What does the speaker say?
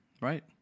right